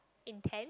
intend